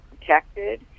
protected